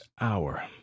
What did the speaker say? hour